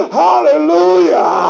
hallelujah